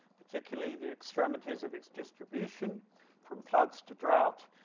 particularly, the extremities of its distribution from floods to droughts,